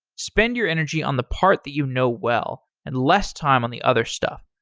spend your energy on the part that you know well and less time on the other stuff.